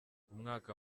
umwaka